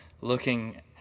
looking